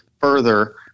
further –